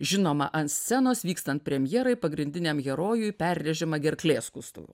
žinoma ant scenos vykstant premjerai pagrindiniam herojui perrėžiama gerklė skustuvu